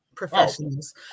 professionals